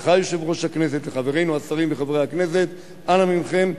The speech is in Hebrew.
אליך יושב-ראש הכנסת ואל חברינו השרים וחברי הכנסת: אנא מכם,